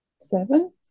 Seven